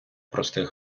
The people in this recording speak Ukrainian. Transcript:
простих